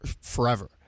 forever